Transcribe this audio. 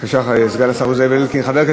בבקשה, סגן השר זאב אלקין.